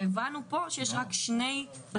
אבל הבנו פה שיש רק שני בתי חולים.